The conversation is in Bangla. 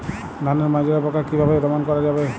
ধানের মাজরা পোকা কি ভাবে দমন করা যাবে?